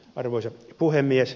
arvoisa puhemies